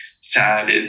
sad